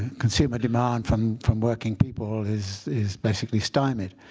consumer demand from from working people, is is basically stymied.